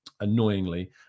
Annoyingly